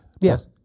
Yes